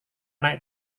naik